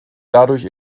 dadurch